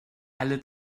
alle